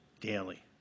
daily